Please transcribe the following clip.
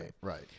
right